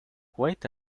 quite